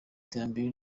iterambere